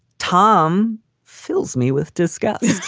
tom fills me with disgust.